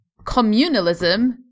communalism